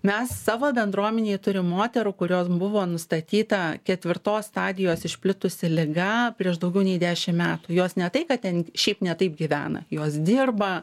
mes savo bendruomenėj turim moterų kuriom buvo nustatyta ketvirtos stadijos išplitusi liga prieš daugiau nei dešim metų jos ne tai kad ten šiaip ne taip gyvena jos dirba